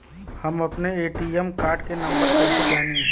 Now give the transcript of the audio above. हम अपने ATM card के नंबर कइसे जानी?